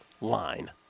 line